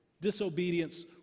Disobedience